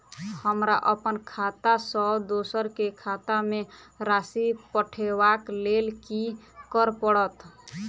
हमरा अप्पन खाता सँ दोसर केँ खाता मे राशि पठेवाक लेल की करऽ पड़त?